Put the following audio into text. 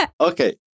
Okay